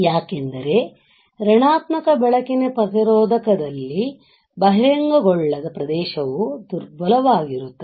ಯಾಕೆಂದರೆ ಋಣಾತ್ಮಕ ಬೆಳಕಿನ ಪ್ರತಿರೋಧಕದಲ್ಲಿ ಬಹಿರಂಗಗೊಳ್ಳದ ಪ್ರದೇಶವು ದುರ್ಬಲವಾಗಿರುತ್ತದೆ